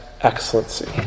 excellency